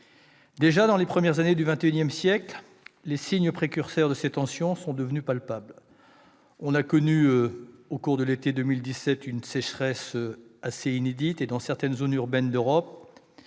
Déjà, dans les premières années du XXIsiècle, les signes précurseurs de ces tensions sont devenus palpables. On a connu au cours de l'été 2017 une sécheresse assez inédite et, dans certaines zones urbaines d'Europe,